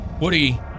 Woody